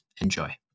Enjoy